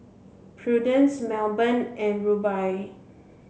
Prudence Melbourne and Rubye